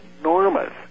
enormous